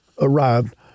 arrived